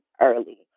early